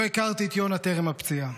לא הכרתי את יונה טרם הפציעה.